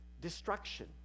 destruction